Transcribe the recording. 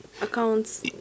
accounts